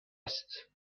است